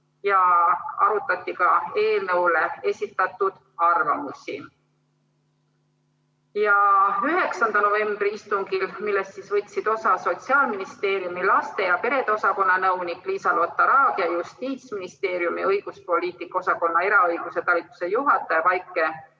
ja arutati ka eelnõu kohta esitatud arvamusi. 9. novembri istungil, millest võtsid osa ka Sotsiaalministeeriumi laste ja perede osakonna nõunik Liisa-Lotta Raag ning Justiitsministeeriumi õiguspoliitika osakonna eraõiguse talituse juhataja Vaike